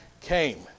came